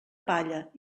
palla